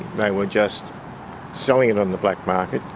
they were just selling it on the black market,